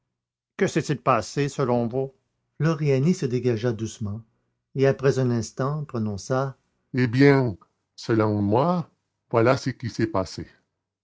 que s'est-il passé selon vous floriani se dégagea doucement et après un instant prononça eh bien selon moi voilà ce qui s'est passé